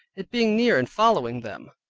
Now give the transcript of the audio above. it being near and following them.